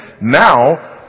Now